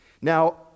Now